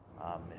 amen